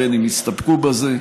בין אם יסתפקו בזה.